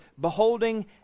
Beholding